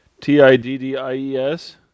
T-I-D-D-I-E-S